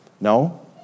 No